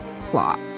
plot